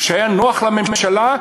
כשהיה נוח לממשלה,